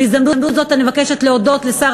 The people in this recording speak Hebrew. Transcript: בהזדמנות זו אני מבקשת להודות לשר